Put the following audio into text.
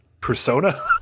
Persona